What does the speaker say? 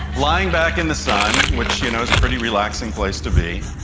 lying back in the sun, which you know is a pretty relaxing place to be,